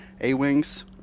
A-wings